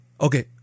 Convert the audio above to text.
Okay